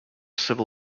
civil